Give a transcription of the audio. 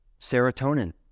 serotonin